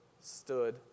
stood